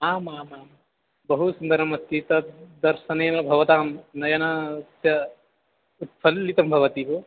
आमामां बहु सुन्दरमस्ति तद् दर्शनेन भवतां नयनस्य प्रफुल्लितं भवति भो